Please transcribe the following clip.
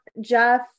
Jeff